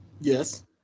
Yes